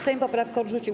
Sejm poprawkę odrzucił.